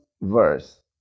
verse